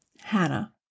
Hannah